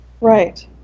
Right